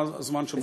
מה הזמן?